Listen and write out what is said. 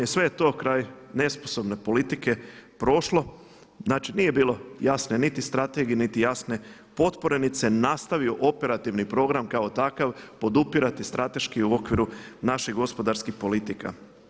Sve je to kraj nesposobne politike prošlo, znači nije bilo jasne niti strategije, niti jasne potpore niti se nastavio operativni program kao takav podupirati strateški u okviru naših gospodarskih politika.